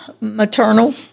maternal